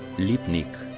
lipnic!